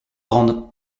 grande